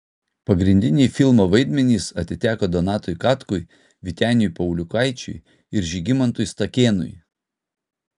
pagrindiniai filmo vaidmenys atiteko donatui katkui vyteniui pauliukaičiui ir žygimantui stakėnui